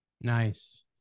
Nice